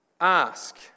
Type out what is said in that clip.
ask